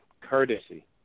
courtesy